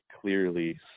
clearly